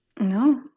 No